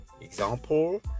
Example